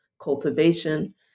cultivation